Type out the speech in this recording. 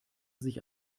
sich